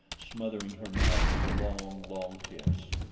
smothering her mouth with a long, long kiss.